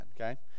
okay